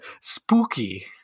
spooky